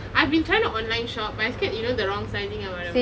I've been trying to online shop but I scared the wrong sizing or whatever